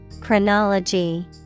Chronology